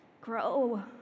grow